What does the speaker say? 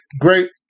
great